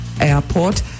airport